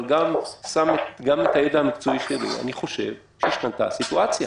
אבל פה אני שגם שם את הידע המקצועי שלי אני חושב שהשתנתה הסיטואציה.